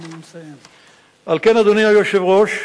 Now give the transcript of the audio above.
על כן, אדוני היושב-ראש,